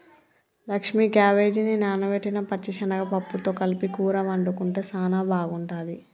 లక్ష్మీ క్యాబేజిని నానబెట్టిన పచ్చిశనగ పప్పుతో కలిపి కూర వండుకుంటే సానా బాగుంటుంది